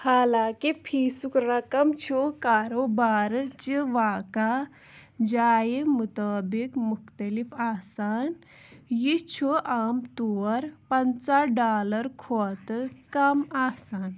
حالانٛکہِ فیٖسُک رَقم چھُ کاروبارٕ چہِ واقع جایہِ مُطٲبِق مُختلِف آسان یہِ چھُ عام طور پَنٛژاہ ڈالَر کھۄتہٕ کَم آسان